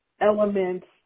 elements